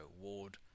Ward